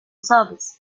service